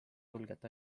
julgelt